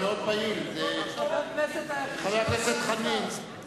חבר הכנסת היחיד שלא שר.